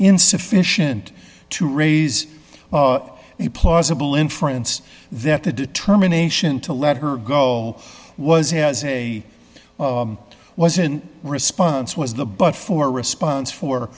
insufficient to raise a plausible inference that the determination to let her go was has a wasn't response was the but for response for